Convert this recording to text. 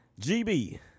GB